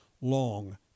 long